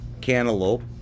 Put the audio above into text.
cantaloupe